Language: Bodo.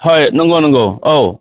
हय नंगौ नंगौ औ